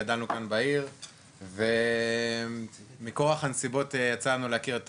גדלנו כאן בעיר ומכוח הנסיבות יצא לנו להכיר את